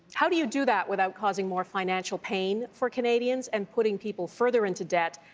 how do you do that without causing more financial pain for canadians and putting people further into debt?